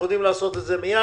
אנחנו יודעים לעשות את זה מיד.